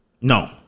No